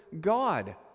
God